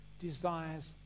desires